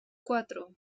cuatro